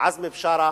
עזמי בשארה.